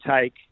take